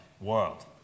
world